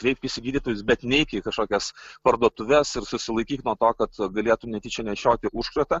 kreipkis į gydytojus bet neik į kažkokias parduotuves ir susilaikyk nuo to kad galėtum netyčia nešioti užkratą